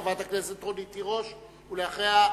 חברת הכנסת רונית תירוש, ואחריה,